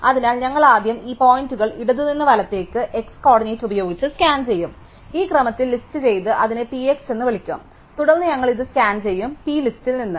അതിനാൽ ഞങ്ങൾ ആദ്യം ഈ പോയിന്റുകൾ ഇടത് നിന്ന് വലത്തേക്ക് x കോർഡിനേറ്റ് ഉപയോഗിച്ച് സ്കാൻ ചെയ്യും ഞങ്ങൾ ഈ ക്രമത്തിൽ ലിസ്റ്റുചെയ്ത് അതിനെ P x എന്ന് വിളിക്കും തുടർന്ന് ഞങ്ങൾ ഇത് സ്കാൻ ചെയ്യും P ലിസ്റ്റിൽ നിന്ന്